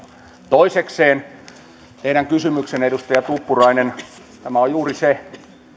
toisekseen teidän kysymyksessänne edustaja tuppurainen on juuri se